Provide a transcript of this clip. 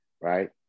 Right